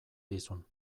dizun